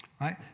right